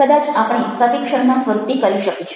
કદાચ આપણે સર્વેક્ષણના સ્વરૂપે કરી શકીશું